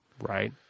Right